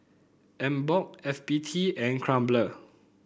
Emborg F B T and Crumpler